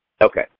Okay